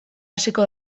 hasiko